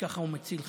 וכך הוא מציל חיים.